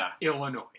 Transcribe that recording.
Illinois